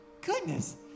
goodness